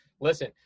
Listen